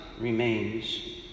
remains